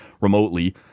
remotely